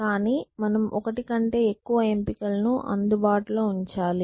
కానీ మనం ఒకటి కంటే ఎక్కువ ఎంపికలను అందుబాటులో ఉంచాలి